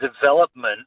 development